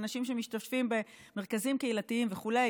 האנשים שמשתתפים במרכזים קהילתיים וכו',